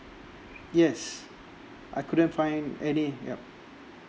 yes I couldn't find any yup